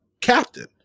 captain